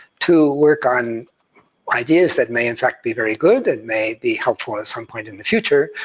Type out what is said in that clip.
to work on ideas that may in fact be very good and may be helpful, at some point in the future,